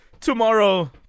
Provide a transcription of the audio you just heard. tomorrow